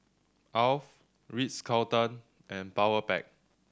Alf Ritz Carlton and Powerpac